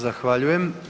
Zahvaljujem.